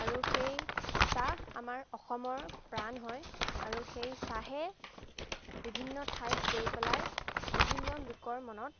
আৰু সেই চাহ আমাৰ অসমৰ প্ৰাণ হয় আৰু সেই চাহে বিভিন্ন ঠাইত গৈ পেলাই বিভিন্ন লোকৰ মনত